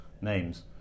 names